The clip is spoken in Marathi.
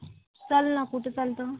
चल ना कुठं चलते